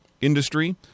industry